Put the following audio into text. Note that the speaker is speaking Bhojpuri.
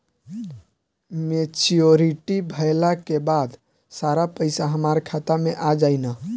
मेच्योरिटी भईला के बाद सारा पईसा हमार खाता मे आ जाई न?